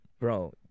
Bro